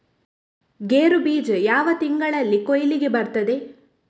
ಗೇರು ಬೀಜ ಯಾವ ತಿಂಗಳಲ್ಲಿ ಕೊಯ್ಲಿಗೆ ಬರ್ತದೆ?